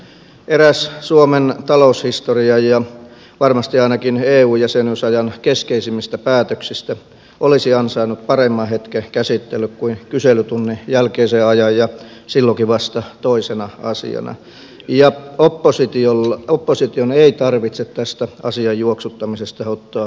eräs suomen taloushistorian ja varmasti ainakin eu jäsenyysajan keskeisimmistä päätöksistä olisi ansainnut paremman hetken käsittelylle kuin kyselytunnin jälkeisen ajan ja silloinkin vasta toisena asiana mutta opposition ei tarvitse tästä asian juoksuttamisesta ottaa minkäänlaista vastuuta